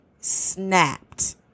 snapped